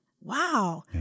wow